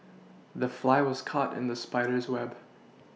the fly was caught in the spider's web